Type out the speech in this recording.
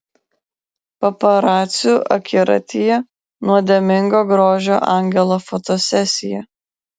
paparacių akiratyje nuodėmingo grožio angelo fotosesija